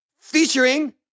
featuring